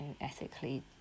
ethically